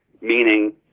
meaning